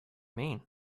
mean